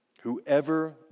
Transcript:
Whoever